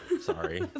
Sorry